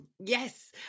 yes